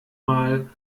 mal